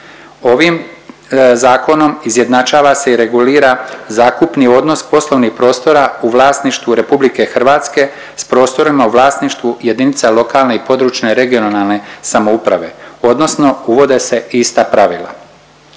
Ovim zakonom izjednačava se i regulira zakupni odnos poslovnih prostora u vlasništvu RH s prostorima u vlasništvu jedinica lokalne i područne regionalne samouprave odnosno uvode se ista pravila.